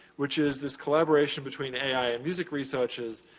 which is this collaboration between ai and music researchers,